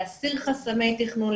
להסיר חסמי תכנון,